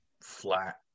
flat